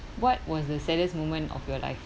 what was the saddest moment of your life